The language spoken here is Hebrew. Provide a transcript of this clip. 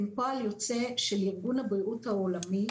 הם פועל יוצא של ארגון הבריאות העולמי,